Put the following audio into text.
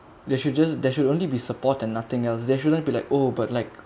they should just there should only be support and nothing else there shouldn't be like oh but like